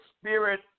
spirit